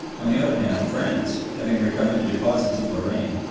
on the other hand, france, having recovered the deposits of lorraine,